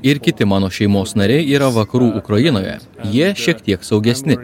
ir kiti mano šeimos nariai yra vakarų ukrainoje jie šiek tiek saugesni